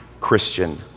Christian